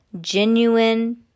genuine